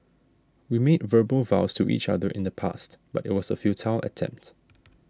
we made verbal vows to each other in the past but it was a futile attempt